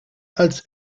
als